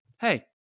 Hey